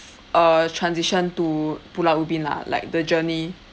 uh transition to pulau ubin lah like the journey